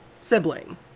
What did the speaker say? sibling